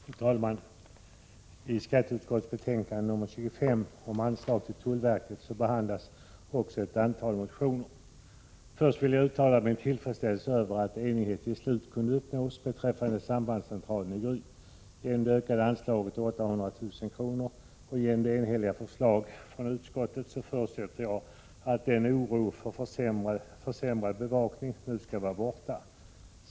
Fru talman! I skatteutskottets betänkande nr 25 om anslag till tullverket behandlas också ett antal motioner. Först vill jag uttala min tillfredsställelse över att enighet till slut kunde uppnås beträffande sambandscentralen i Gryt. Genom det ökade anslaget å 800 000 kr. och genom det enhälliga förslaget från utskottet så förutsätter jag att oron för försämrad bevakning nu skall vara borta.